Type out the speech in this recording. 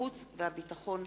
החוץ והביטחון.